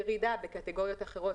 יש ירידה בקטגוריות אחרות,